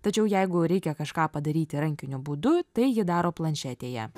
tačiau jeigu reikia kažką padaryti rankiniu būdu tai ji daro planšetėje